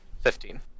Fifteen